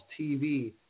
TV